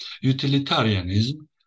utilitarianism